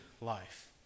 life